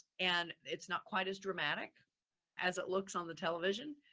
and it's not quite as dramatic as it looks on the television,